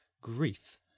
Grief